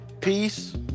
Peace